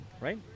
right